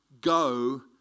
go